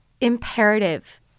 imperative